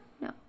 No